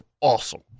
awesome